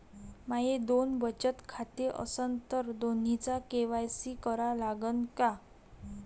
माये दोन बचत खाते असन तर दोन्हीचा के.वाय.सी करा लागन का?